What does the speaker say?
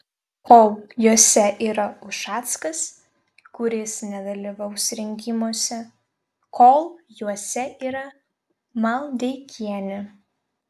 kol jose yra ušackas kuris nedalyvaus rinkimuose kol juose yra maldeikienė